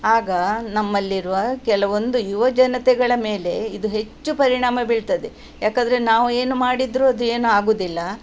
ಆಗ ನಮ್ಮಲ್ಲಿರುವ ಕೆಲವೊಂದು ಯುವಜನತೆಗಳ ಮೇಲೆ ಇದು ಹೆಚ್ಚು ಪರಿಣಾಮ ಬೀಳ್ತದೆ ಏಕಂದ್ರೆ ನಾವು ಏನು ಮಾಡಿದ್ರೂ ಅದು ಏನೂ ಆಗುವುದಿಲ್ಲ